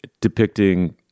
depicting